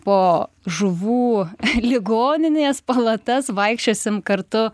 po žuvų ligoninės palatas vaikščiosim kartu